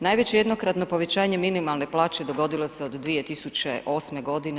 Najveće jednokratno povećanje minimalne plaće dogodilo se od 2008. godine.